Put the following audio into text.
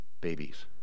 babies